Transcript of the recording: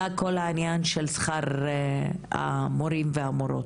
על פה גם כל העניין של שכר המורים והמורות.